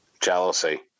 Jealousy